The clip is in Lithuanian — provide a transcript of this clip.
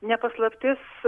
ne paslaptis